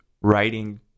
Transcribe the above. writing